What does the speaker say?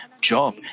Job